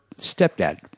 stepdad